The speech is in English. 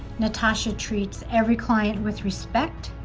natasha treats every client with respect,